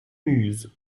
muses